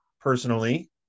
personally